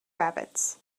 rabbits